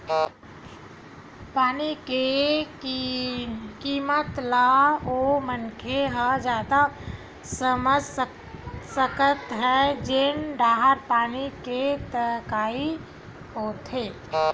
पानी के किम्मत ल ओ मनखे ह जादा समझ सकत हे जेन डाहर पानी के तगई होवथे